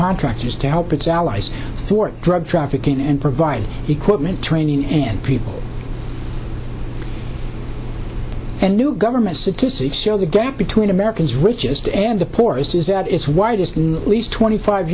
contractors to help its allies sort drug trafficking and provide equipment training and people and new government statistics show the gap between americans richest and the poorest is at its widest least twenty five